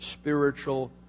spiritual